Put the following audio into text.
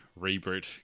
reboot